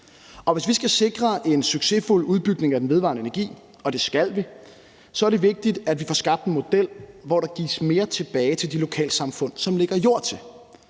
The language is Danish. hvis vi skal sikre en succesfuld udbygning af den vedvarende energi, og det skal vi, så er det vigtigt, at vi får skabt en model, hvor der gives mere tilbage til de lokalsamfund, som lægger jord til.